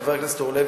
חבר הכנסת אורלב,